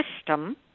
system